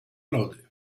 lody